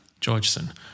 Georgeson